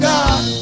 God